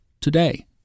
today